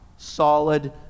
solid